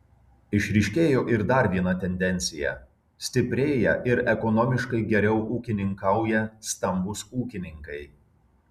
išryškėjo ir dar viena tendencija stiprėja ir ekonomiškai geriau ūkininkauja stambūs ūkininkai